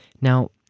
Now